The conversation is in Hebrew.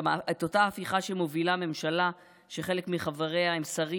אותה הפיכה שמובילה הממשלה שחלק מחבריה הם שרים